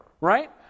Right